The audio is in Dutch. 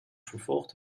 vervolgd